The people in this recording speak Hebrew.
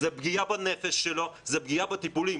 פגיעה בנפש שלו, פגיעה בטיפולים.